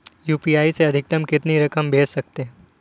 UPI से अधिकतम कितनी रकम भेज सकते हैं?